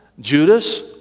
Judas